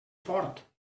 fort